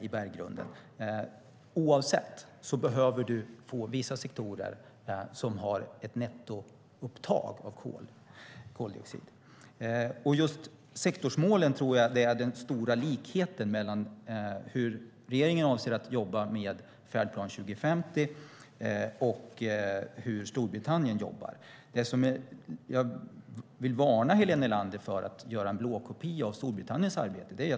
I vilket fall som helst behöver man få vissa sektorer som har ett nettoupptag av koldioxid. Just sektorsmålen är den stora likheten mellan hur regeringen avser att jobba med Färdplan 2050 och hur Storbritannien jobbar. Jag vill varna Helena Leander för att göra en blåkopia av Storbritanniens arbete.